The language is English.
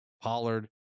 Pollard